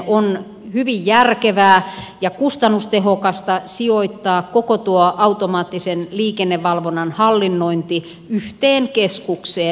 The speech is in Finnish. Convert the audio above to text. on hyvin järkevää ja kustannustehokasta sijoittaa koko tuo automaattisen liikennevalvonnan hallinnointi yhteen keskukseen